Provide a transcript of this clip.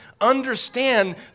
understand